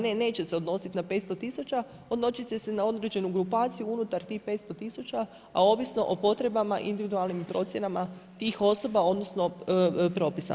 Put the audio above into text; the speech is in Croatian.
Ne, neće se odnositi na 500 tisuća odnosit će se na određenu grupaciju unutar tih 500 tisuća, a ovisno o potrebama individualnim procjenama tih osoba odnosno propisa.